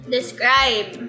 Describe